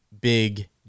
big